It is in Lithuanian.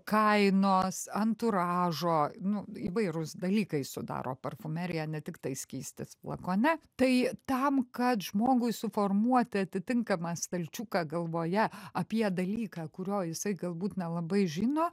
kainos anturažo nu įvairūs dalykai sudaro parfumeriją ne tiktai skystis flakone tai tam kad žmogui suformuoti atitinkamą stalčiuką galvoje apie dalyką kurio jisai galbūt nelabai žino